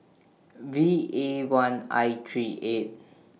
V A one I three eight